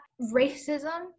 Racism